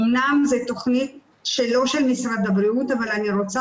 אמנם זו תכנית לא של משרד הבריאות אבל אני רוצה